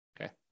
Okay